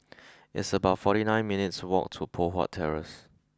it's about fourty nine minutes' walk to Poh Huat Terrace